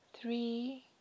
Three